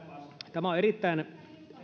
tämä on erittäin